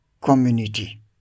community